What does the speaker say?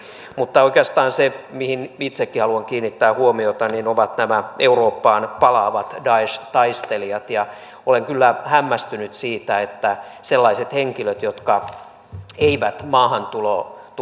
mutta oikeastaan ne mihin itsekin haluan kiinnittää huomiota ovat nämä eurooppaan palaavat daesh taistelijat olen kyllä hämmästynyt siitä että sellaiset henkilöt jotka eivät maahantuloa